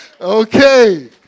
Okay